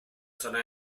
zona